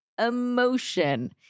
Emotion